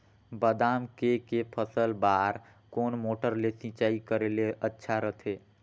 बादाम के के फसल बार कोन मोटर ले सिंचाई करे ले अच्छा रथे?